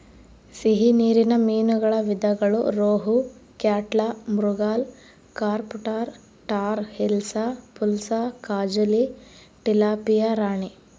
ಸಿಹಿ ನೀರಿನ ಮೀನುಗಳ ವಿಧಗಳು ರೋಹು, ಕ್ಯಾಟ್ಲಾ, ಮೃಗಾಲ್, ಕಾರ್ಪ್ ಟಾರ್, ಟಾರ್ ಹಿಲ್ಸಾ, ಪುಲಸ, ಕಾಜುಲಿ, ಟಿಲಾಪಿಯಾ ರಾಣಿ